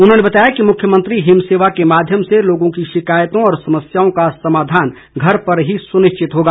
उन्होंने बताया कि मुख्यमंत्री हिम सेवा के माध्यम से लोगों की शिकायतों व समस्याओं का समाधान घर पर ही सुनिश्चित होगा